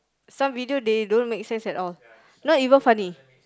some video they don't make sense at all not even funny